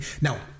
Now